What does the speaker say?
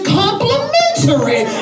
complimentary